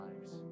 lives